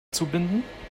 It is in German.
zubinden